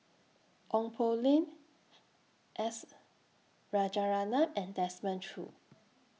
Ong Poh Lim S Rajaratnam and Desmond Choo